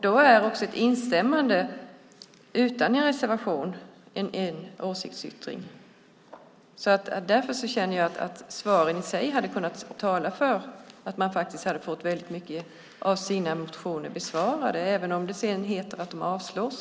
Då är också ett instämmande utan en reservation en åsiktsyttring. Därför känner jag att svaren i sig hade kunnat tala för att man hade ansett sig ha fått många av sina motioner besvarade även om det sedan heter att de avslås.